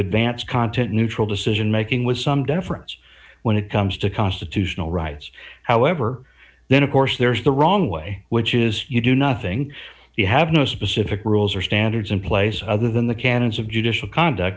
advance content neutral decision making with some deference when it comes to constitutional rights however then of course there's the wrong way which is you do nothing you have no specific rules or standards in place other than the canons of judicial conduct